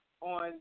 on